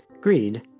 Greed